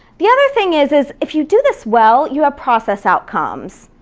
the other thing is is if you do this well, you have process outcomes,